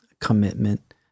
commitment